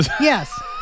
Yes